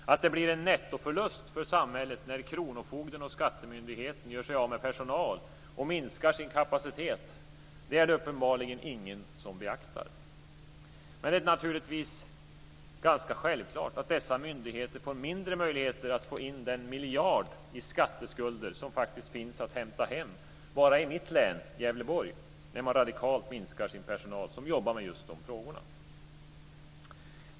Att det blir en nettoförlust för samhället när kronofogden och skattemyndigheten gör sig av med personal och minskar sin kapacitet är det uppenbarligen ingen som beaktar. Det är dock ganska självklart att dessa myndigheter får mindre möjligheter att få in den miljard i skatteskulder som faktiskt finns att hämta hem bara i mitt län, Gävleborg, när man radikalt minskar sin personal som jobbar med just de frågorna.